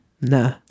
Nah